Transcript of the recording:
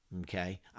okay